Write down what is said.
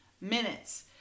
minutes